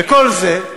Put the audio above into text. וכל זה,